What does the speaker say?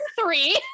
three